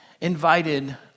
invited